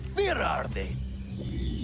where are they?